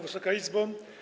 Wysoka Izbo!